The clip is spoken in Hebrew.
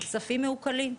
הכספים מעוקלים.